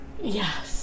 Yes